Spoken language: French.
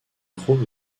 trouve